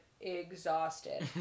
exhausted